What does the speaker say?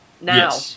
Now